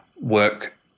work